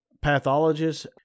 pathologist